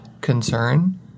concern